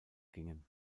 gingen